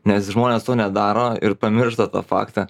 nes žmonės to nedaro ir pamiršta tą faktą